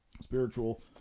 spiritual